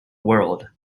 world